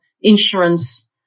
insurance